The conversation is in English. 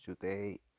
Today